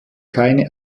keine